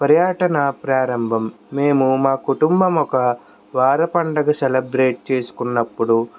పర్యాటన ప్రారంభం మేము మా కుటుంబం ఒక వార పండగ సెలెబ్రేట్ చేసుకున్నపుడు